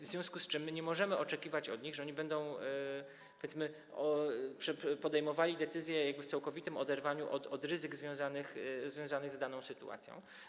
W związku z tym nie możemy oczekiwać od nich, że oni będą, powiedzmy, podejmowali decyzje jakby w całkowitym oderwaniu od ryzyk związanych z daną sytuacją.